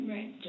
Right